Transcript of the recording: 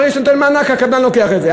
ברגע שאתה נותן מענק, הקבלן לוקח את זה.